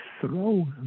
throw